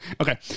Okay